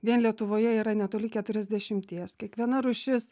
vien lietuvoje yra netoli keturiasdešimties kiekviena rūšis